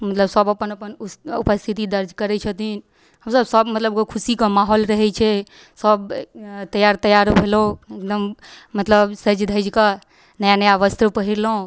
मतलब सब अपन अपन उपस्थिति दर्ज करै छथिन हमसब सब मतलब खुशीके माहौल रहै छै सब तैआर तैआर भेलहुँ एकदम मतलब सजि धजिकऽ नया नया वस्त्र पहिरलहुँ